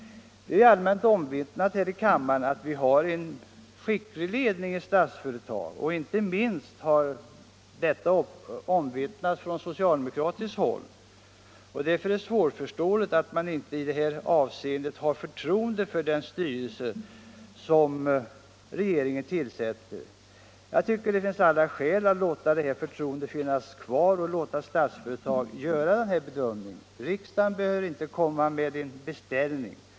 Det är ju allmänt omvittnat här i kammaren —- inte minst från socialdemokratiskt håll — att Statsföretag har en skicklig ledning. Därför är det svårförståeligt att man inte i det här avseendet har förtroende för den styrelse som regeringen tillsätter. Jag tycker att det finns alla skäl till att låta förtroendet finnas kvar och låta Statsföretag göra den här bedömningen. Riksdagen behöver inte komma med en beställning.